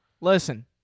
listen